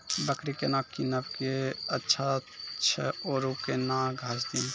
बकरी केना कीनब केअचछ छ औरू के न घास दी?